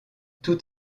tout